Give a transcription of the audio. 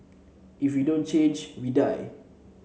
if we don't change we die